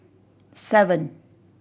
seven